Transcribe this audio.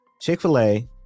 chick-fil-a